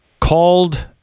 called